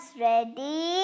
ready